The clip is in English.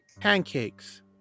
Pancakes